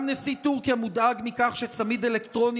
גם נשיא טורקיה מוטרד מכך שצמיד אלקטרוני